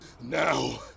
Now